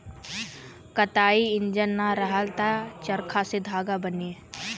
कताई इंजन ना रहल त चरखा से धागा बने